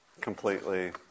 completely